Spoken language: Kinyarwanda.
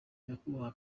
nyakubahwa